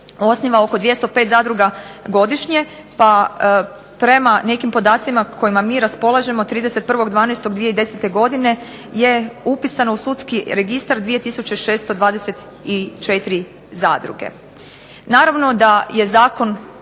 osniva oko 205 zadruga godišnje pa prema nekim podacima kojima mi raspolažemo 31.12.2010. godine je upisano u Sudski registar 2624 zadruge.